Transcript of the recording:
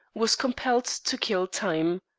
was compelled to kill time.